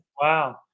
Wow